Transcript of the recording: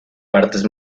partes